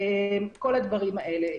כל הדברים האלה.